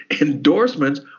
endorsements